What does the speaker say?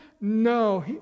No